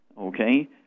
Okay